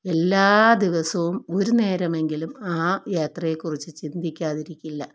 എല്ലാ ദിവസവും ഒരു നേരമെങ്കിലും ആ യാത്രയെക്കുറിച്ച് ചിന്തിക്കാതിരിക്കില്ല